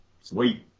Sweet